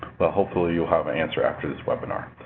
but hopefully you'll have an answer after this webinar.